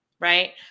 right